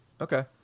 Okay